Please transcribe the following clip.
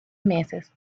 meses